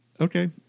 Okay